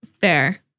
Fair